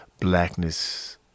blackness